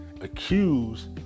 accused